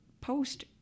post